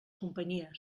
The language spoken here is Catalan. companyies